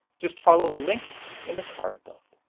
just follow the link in the card above.